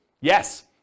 Yes